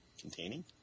containing